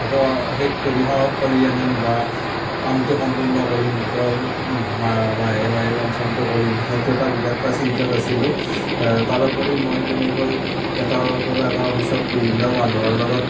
সফ শেষ কৰি স কৰি আনিম বা কামটো সম্পূৰ্ণ কৰিম তেওঁৰ মা মাহে মাহে পেঞ্চনটো কৰিম সেইটো এটা বিৰাট এটা চিন্তাত আছিলোঁ তাৰোপৰি মই তেনেকৈ এটাৰ পৰা এটা অফিচত বিভিন্ন মানুহৰ লগত